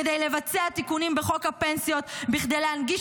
כדי לבצע תיקונים בחוק הפנסיות בכדי להנגיש